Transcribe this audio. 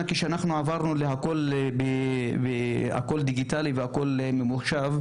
כשאנחנו עברנו הכול דיגיטלי והכול ממוחשב,